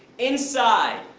inside,